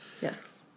Yes